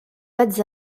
pattes